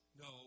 No